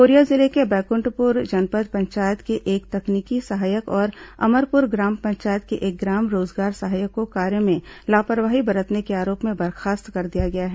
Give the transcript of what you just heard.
Korea जिले के बैकुंडपुर जनपद पंचायत के एक तकनीकी सहायक और अमरपुर ग्राम पंचायत के एक ग्राम रोजगार सहायक को कार्य में लापरवाही बरतने के आरोप में बर्खास्त कर दिया गया है